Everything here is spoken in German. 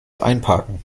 einparken